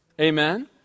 Amen